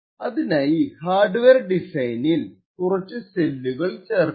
അതിനായി ഹാർഡ്വെയർ ഡിസൈനിൽ കുറച്ചു സെല്ലുകൾ ചേർക്കും